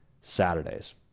Saturdays